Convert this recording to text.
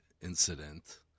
incident